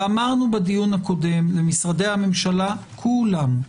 ואמרנו בדיון הקודם למשרדי הממשלה, כולם: